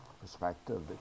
perspective